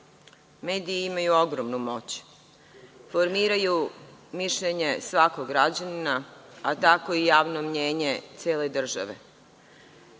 medij. Mediji imaju ogromnu moć. Formiraju mišljenje svakog građanina, a tako i javno mnjenje cele države.